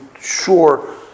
sure